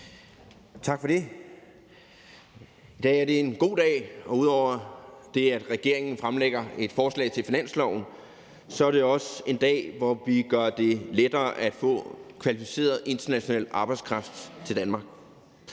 Tak for det. I dag er det en god dag. Ud over det, at regeringen fremsætter et forslag til finansloven, er det også en dag, hvor vi gør det lettere at få kvalificeret international arbejdskraft til Danmark,